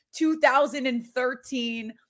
2013